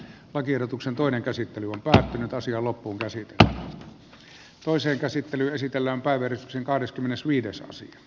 lakiehdotuksen toinen käsittely on päättynyt asian loppuunkäsite tähän toiseen käsittelyyn esitellään päivi rissasen kahdeskymmenesviides vuosi